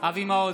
אבי מעוז,